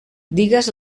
digues